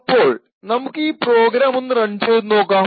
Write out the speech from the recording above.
അപ്പോൾ നമുക്ക് ഈ പ്രോഗ്രാം ഒന്ന് റൺ ചെയ്തുനോക്കാം